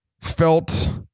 felt